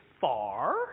far